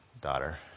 daughter